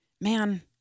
man